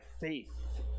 faith